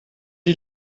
die